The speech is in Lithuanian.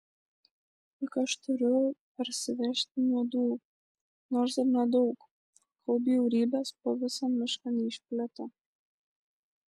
juk aš turiu parsivežti nuodų nors ir nedaug kol bjaurybės po visą mišką neišplito